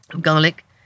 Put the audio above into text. garlic